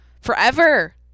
forever